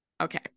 Okay